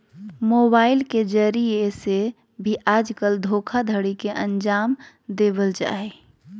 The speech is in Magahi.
मोबाइल के जरिये से भी आजकल धोखाधडी के अन्जाम देवल जा हय